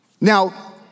Now